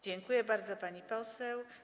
Dziękuję bardzo, pani poseł.